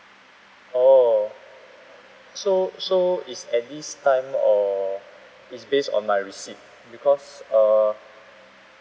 oh so so it's at this time or it's based on my receipt because err